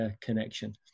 connection